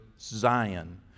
Zion